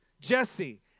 Jesse